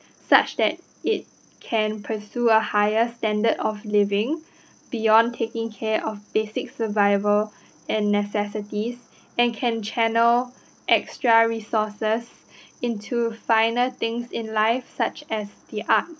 such that it can pursue a higher standard of living beyond taking care of basic survival and necessities and can channel extra resources into finer things in life such as the arts